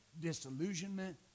disillusionment